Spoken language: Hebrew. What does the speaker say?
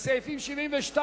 קבוצת סיעת חד"ש,